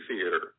theater